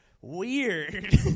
Weird